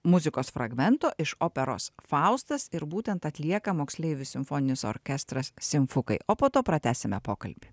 muzikos fragmentų iš operos faustas ir būtent atlieka moksleivių simfoninis orkestras simfukai o po to pratęsime pokalbį